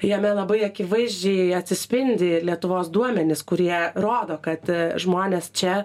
jame labai akivaizdžiai atsispindi lietuvos duomenys kurie rodo kad žmonės čia